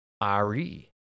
Ari